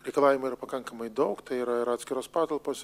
reikalaujama yra pakankamai daug tai yra ir atskiros patalpos